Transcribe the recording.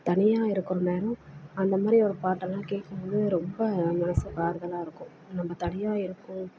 தனியாக இருக்கிற நேரம் அந்த மாதிரியான பாட்டுலாம் கேட்கும் போது ரொம்ப மனசுக்கு ஆறுதலாக இருக்கும் நம்ம தனியாக இருக்கோம்